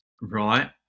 right